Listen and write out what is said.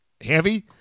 heavy